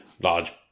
large